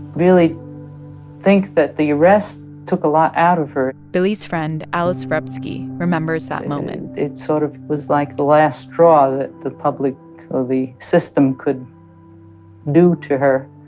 really think that the arrest took a lot out of her billie's friend alice vrbsky remembers that moment it sort of was like the last straw that the public or the system could do to her,